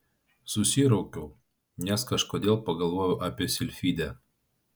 susiraukiau nes kažkodėl pagalvojau apie silfidę